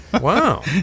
Wow